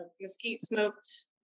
mesquite-smoked